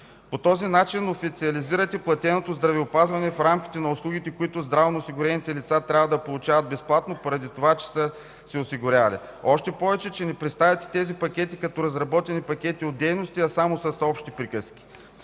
По този начин официализирате платеното здравеопазване в рамките на услугите, които здравноосигурените лица трябва да получават безплатно, поради това, че са се осигурявали. Още повече, че не представяте тези пакети като разработени пакети от дейности, а само с общи приказки.